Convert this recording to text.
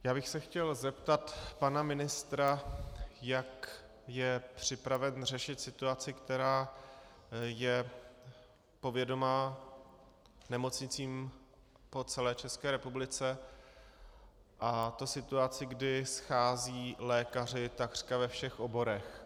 Chtěl bych se zeptat pana ministra, jak je připraven řešit situaci, která je povědomá nemocnicím po celé České republice, a to situaci, kdy schází lékaři takřka ve všech oborech.